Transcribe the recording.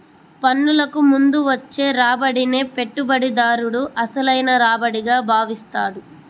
పన్నులకు ముందు వచ్చే రాబడినే పెట్టుబడిదారుడు అసలైన రాబడిగా భావిస్తాడు